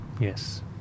Yes